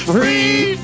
Free